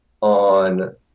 on